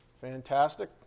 Fantastic